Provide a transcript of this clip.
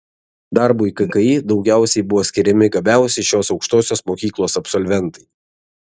darbui kki daugiausiai buvo skiriami gabiausi šios aukštosios mokyklos absolventai